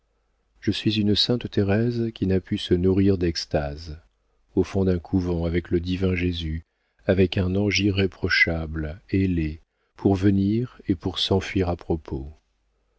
je suis une sainte thérèse qui n'a pu se nourrir d'extases au fond d'un couvent avec le divin jésus avec un ange irréprochable ailé pour venir et pour s'enfuir à propos